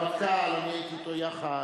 הרמטכ"ל, אני הייתי אתו יחד.